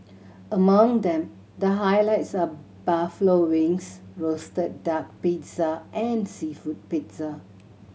among them the highlights are buffalo wings roasted duck pizza and seafood pizza